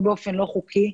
או באופן לא חוקי,